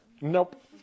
Nope